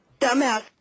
dumbass